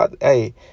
Hey